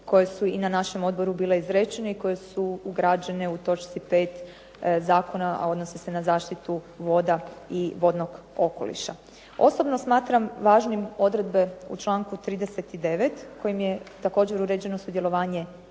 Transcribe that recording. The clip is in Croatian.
koje su i na našem odboru bile izrečene i koje su ugrađene u točci 5. zakona, a odnosi se na zaštitu voda i vodnog okoliša. Osobno smatram važnim odredbe u članku 39. kojim je također uređeno sudjelovanje